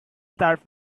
start